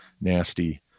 nasty